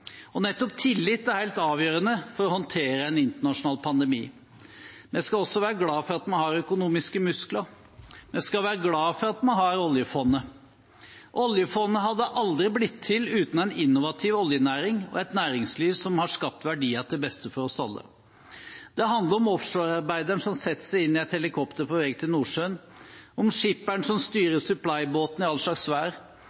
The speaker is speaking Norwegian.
Og nettopp tillit er helt avgjørende for å håndtere en internasjonal pandemi. Vi skal også være glad for at vi har økonomiske muskler. Vi skal være glad for at vi har oljefondet. Oljefondet hadde aldri blitt til uten en innovativ oljenæring og et næringsliv som har skapt verdier til beste for oss alle. Det handler om offshorearbeideren som setter seg inn i et helikopter på vei til Nordsjøen, om skipperen som styrer